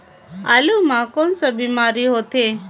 आलू म कौन का बीमारी होथे?